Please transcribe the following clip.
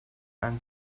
and